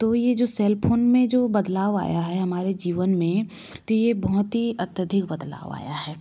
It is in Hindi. तो ये जो सेल फोन में जो बदलाव आया है हमारे जीवन में तो ये बहुत ही अत्यधिक बदलाव आया है